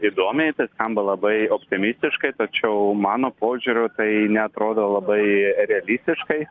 įdomiai skamba labai optimistiškai tačiau mano požiūriu tai neatrodo labai realistiškai